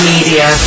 Media